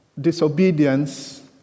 disobedience